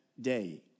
day